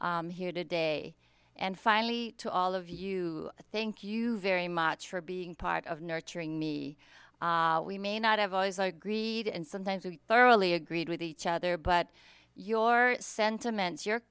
effort here today and finally to all of you thank you very much for being part of nurturing me we may not have always like greed and sometimes we thoroughly agreed with each other but your sentiments your